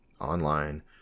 online